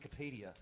Wikipedia